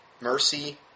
mercy